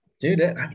Dude